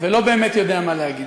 ולא באמת יודע מה להגיד.